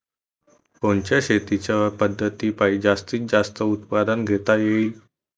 कोनच्या शेतीच्या पद्धतीपायी जास्तीत जास्त उत्पादन घेता येईल?